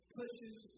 pushes